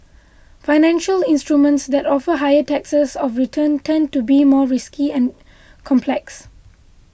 financial instruments that offer higher rates of return tend to be more risky and complex